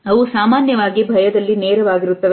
ಅವು ಸಾಮಾನ್ಯವಾಗಿ ಭಯದಲ್ಲಿ ನೇರವಾಗಿರುತ್ತವೆ